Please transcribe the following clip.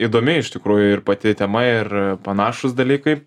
įdomi iš tikrųjų ir pati tema ir panašūs dalykai